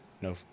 no